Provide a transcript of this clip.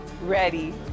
Ready